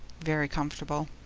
very comfortable!